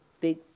big